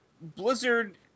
Blizzard